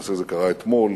למעשה זה קרה אתמול,